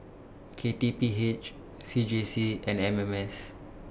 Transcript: K T P H C J C and M M S